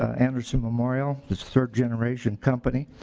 anderson memorial third-generation company.